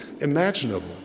imaginable